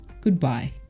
Goodbye